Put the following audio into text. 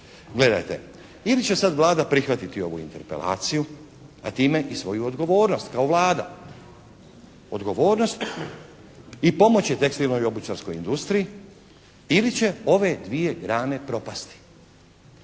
Gledajte, ili će sad Vlada prihvatiti ovu Interpelaciju a time i svoju odgovornost kao Vlada. Odgovornost i pomoći će tekstilnoj obućarskoj industriji ili će ove dvije grane propasti.